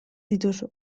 dituzu